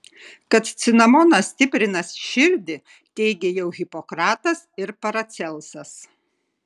kad cinamonas stiprina širdį teigė jau hipokratas ir paracelsas